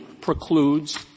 precludes